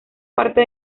parte